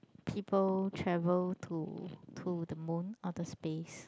people travel to to the moon or the space